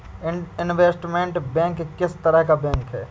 Investment bank किस तरह का बैंक है?